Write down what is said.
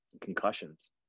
concussions